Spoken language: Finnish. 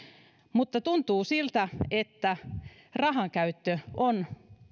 mutta tuntuu siltä että rahankäyttö on